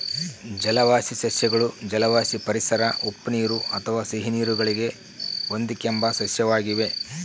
ಜಲವಾಸಿ ಸಸ್ಯಗಳು ಜಲವಾಸಿ ಪರಿಸರ ಉಪ್ಪುನೀರು ಅಥವಾ ಸಿಹಿನೀರು ಗಳಿಗೆ ಹೊಂದಿಕೆಂಬ ಸಸ್ಯವಾಗಿವೆ